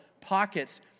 pockets